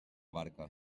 barca